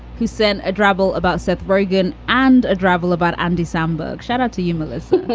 who sent adorable about seth rogen and adorable about andy samberg. shout out to humorlessly